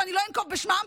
שאני לא אנקוב בשמם,